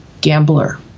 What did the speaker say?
gambler